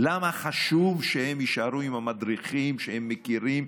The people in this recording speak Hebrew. חשוב שהם יישארו עם המדריכים שהם מכירים,